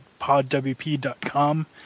podwp.com